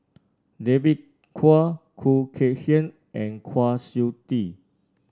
David Kwo Khoo Kay Hian and Kwa Siew Tee